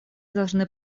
должны